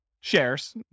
shares